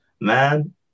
Man